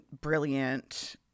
brilliant